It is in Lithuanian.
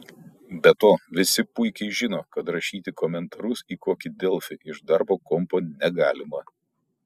be to visi puikiai žino kad rašyti komentarus į kokį delfį iš darbo kompo negalima